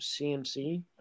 CMC